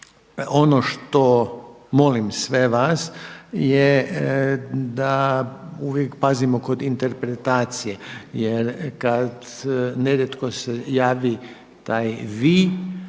ono što molim sve vas je da uvijek pazimo kod interpretacije. Jer kad nerijetko se javi taj „vi“,